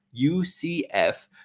UCF